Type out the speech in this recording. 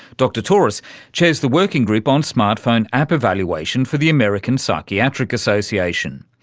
dr torous chairs the working group on smartphone app evaluation for the american psychiatric association.